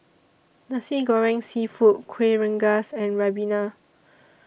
Nasi Goreng Seafood Kueh Rengas and Ribena